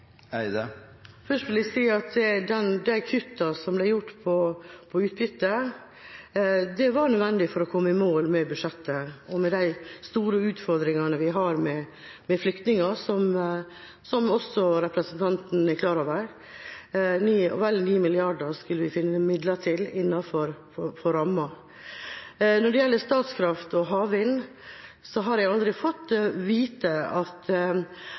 Først vil jeg si at de kuttene som ble gjort på utbytte, var nødvendig for å komme i mål med budsjettet, og med de store utfordringene vi har med flyktninger, som også representanten er klar over – vel 9 mrd. kr skulle vi finne midler til innenfor rammen. Når det gjelder Statkraft og havvind, har jeg aldri fått vite at